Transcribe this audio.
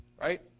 right